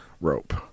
rope